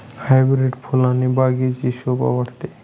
hybrid फुलाने बागेची शोभा वाढते